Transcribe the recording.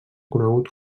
conegut